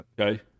okay